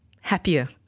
happier